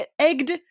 egged